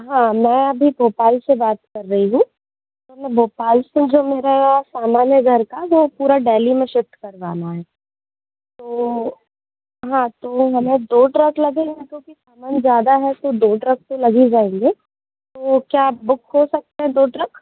हाँ मैं अभी भोपाल से बात कर रही हूँ तो मैं भोपाल से जो सामान है मेरा घर का वो पूरा डेल्ही शिफ्ट करवाना है तो हाँ तो हमें दो ट्रक लगेंगे क्योंकि सामान ज़्यादा है तो दो ट्रक तो लगेगा ही तो क्या बुक हो सकता है दो ट्रक